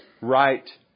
right